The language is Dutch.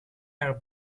naar